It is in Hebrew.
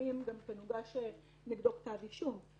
כשלימים גם הוגש נגדו כתב אישום.